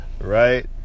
right